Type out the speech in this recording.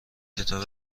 کتاب